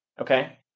Okay